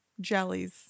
jellies